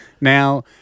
Now